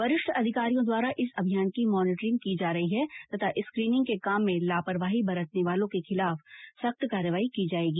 वरिष्ठ अधिकारियों द्वारा इस अभियान की मॉनिटरिंग की जा रही है तथा स्क्रीनिंग के काम में लापरवाही बरतने वालो के खिलाफ सख्त कार्यवाही की जायेगी